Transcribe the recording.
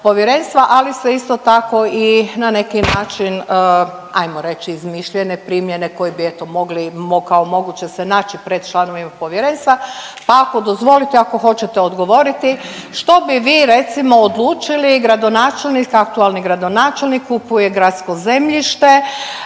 ali ste isto tako i na neki način hajmo reći izmišljene primjere koje bi eto mogli kao moguće se mogli naći pred članovima Povjerenstva. Pa ako dozvolite i ako hoćete odgovoriti što bi vi recimo odlučili gradonačelnik, aktualni gradonačelnik kupuje gradsko zemljište